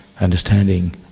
understanding